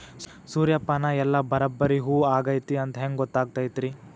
ಸೂರ್ಯಪಾನ ಎಲ್ಲ ಬರಬ್ಬರಿ ಹೂ ಆಗೈತಿ ಅಂತ ಹೆಂಗ್ ಗೊತ್ತಾಗತೈತ್ರಿ?